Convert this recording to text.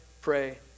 pray